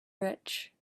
rich